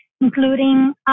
including